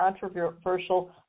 controversial